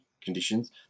conditions